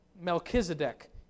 Melchizedek